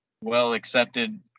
well-accepted